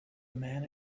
man